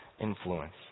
influence